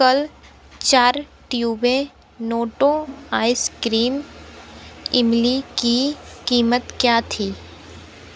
कल चार ट्यूबे नोटो आइस क्रीम इमली की कीमत क्या थी